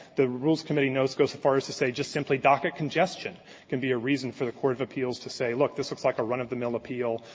the rules committee notes go so far as to say just simply docket congestion can be a reason for the court of appeals to say, look this looks like a run-of-the-mill appeal.